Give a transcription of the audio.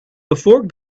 before